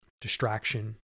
distraction